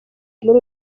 muri